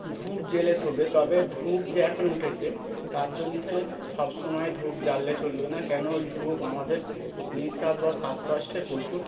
ধূপ জ্বেলে শোবে তবে ধূপ যে এখন উঠেছে তার জন্যে সব সময় ধূপ জ্বাললে চলবে না কেন ওই ধূপ আমাদের নিঃশ্বাস বা শ্বাসকষ্টের প্রচুর